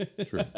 True